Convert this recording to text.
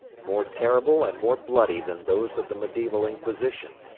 more terrible and more bloody than those of the mediaeval inquisition.